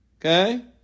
Okay